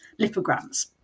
lipograms